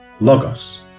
logos